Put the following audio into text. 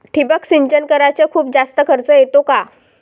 ठिबक सिंचन कराच खूप जास्त खर्च येतो का?